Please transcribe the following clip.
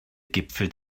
gipfel